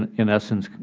and in essence,